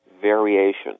variation